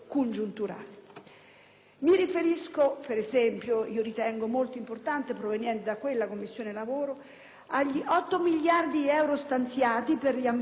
Mi riferisco, per esempio (e ritengo questo aspetto molto importante, provenendo dalla Commissione lavoro), agli 8 miliardi di euro stanziati per gli ammortizzatori sociali